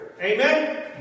Amen